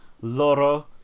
loro